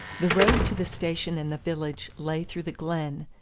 the road to the station and the village lay through the glen,